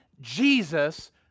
Jesus